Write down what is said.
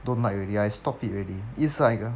don't like already I stop it already it's like uh